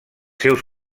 seus